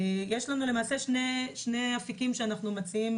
למעשה יש לנו שני אפיקים שאנחנו מציעים